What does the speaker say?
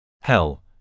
hell